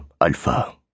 Alpha